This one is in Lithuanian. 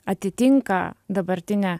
atitinka dabartinę